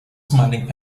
smiling